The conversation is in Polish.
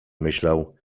myślał